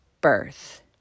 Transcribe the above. birth